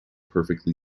perfectly